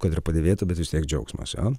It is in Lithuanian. kad ir padėvėtą bet vis tiek džiaugsmas jo